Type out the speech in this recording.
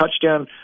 touchdown